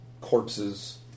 corpses